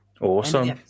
Awesome